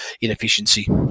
inefficiency